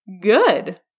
Good